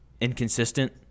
inconsistent